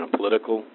political